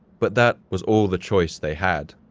but that was all the choice they had,